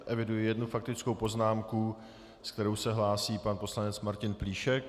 Eviduji jednu faktickou poznámku, se kterou se hlásí pan poslanec Martin Plíšek.